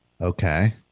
Okay